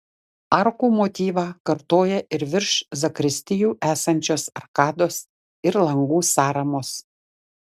arkų motyvą kartoja ir virš zakristijų esančios arkados ir langų sąramos